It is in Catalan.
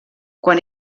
quan